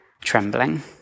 trembling